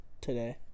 today